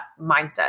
mindset